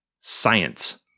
science